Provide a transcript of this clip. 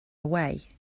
away